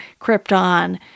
Krypton